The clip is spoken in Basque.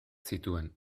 zituen